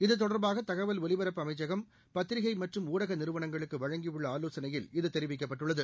இது தெடர்பாக தகவல் ஒலிபரப்பு அமைச்சகம் பத்திரிகை மற்றும் ஊடக நிறுவனங்களுக்கு வழங்கியுள்ள ஆலோசனையில் இது தெரிவிக்கப்பட்டுள்ளது